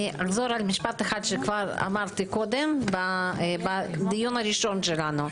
אני אחזור על משפט אחד שכבר אמרתי קודם בדיון הראשון שלנו.